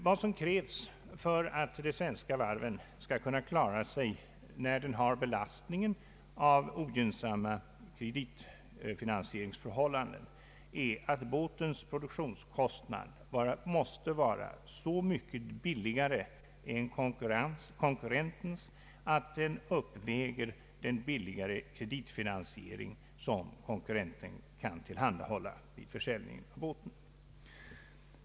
Vad som krävs för att de svenska varven skall kunna klara sig under för dem ogynnsamma kreditfinansieringsförhållanden är att produktionskostnaden för en båt är så mycket lägre än konkurrentens att den uppväger den billigare kreditfinansiering som konkurrenten kan tillhandahålla vid försäljning av sin båt.